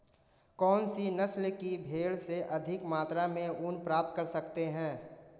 कौनसी नस्ल की भेड़ से अधिक मात्रा में ऊन प्राप्त कर सकते हैं?